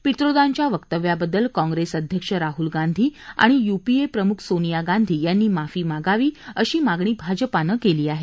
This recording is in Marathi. पित्रोदांच्या वक्तव्याबद्दल कप्रेस अध्यक्ष राहुल गांधी आणि यूपीए प्रमुख सोनिया गांधी यांनी माफी मागावी अशी मागणी भाजपानं केली आहे